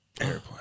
Airplane